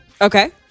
Okay